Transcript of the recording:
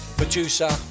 producer